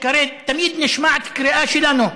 הרי תמיד נשמעת קריאה שלנו: